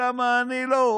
למה אני לא,